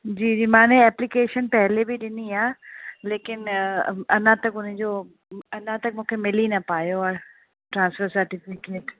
जी जी मां ने एप्लीकेशन पहिरीं बि ॾिनी आहे लेकिन अञा तक हुनजो अञा तक मूंखे मिली न पायो आहे ट्रांसफ़र सर्टिफ़िकेट